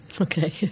okay